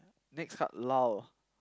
next card lull